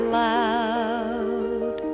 loud